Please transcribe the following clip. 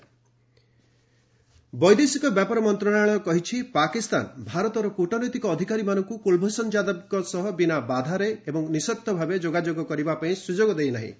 କୁଲଭ୍ଷଣ ଯାଦବ ବୈଦେଶିକ ବ୍ୟାପାର ମନ୍ତ୍ରଣାଳୟ କହିଛି ପାକିସ୍ତାନ ଭାରତର କୂଟନୈତିକ ଅଧିକାରୀମାନଙ୍କୁ କୁଲଭୂଷଣ ଯାଦବଙ୍କ ସହ ବିନା ବାଧାରେ ଏବଂ ନିସର୍ତ୍ତ ଭାବେ ଯୋଗାଯୋଗ କରିବା ପାଇଁ ସୁଯୋଗ ଦେଇନାହିଁ